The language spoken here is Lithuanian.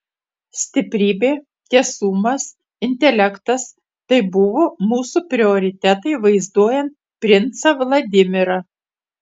stiprybė tiesumas intelektas tai buvo mūsų prioritetai vaizduojant princą vladimirą